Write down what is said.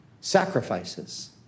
sacrifices